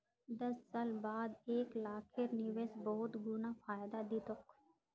दस साल बाद एक लाखेर निवेश बहुत गुना फायदा दी तोक